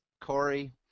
Corey